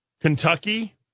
Kentucky